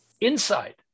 inside